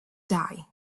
die